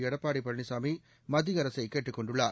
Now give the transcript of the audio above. எடப்பாடி பழனிசாமி மத்திய அரசை கேட்டுக் கொண்டுள்ளார்